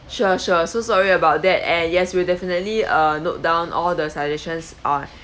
sure sure so sorry about that and yes we'll definitely uh note down all the suggestions on